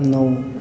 नौ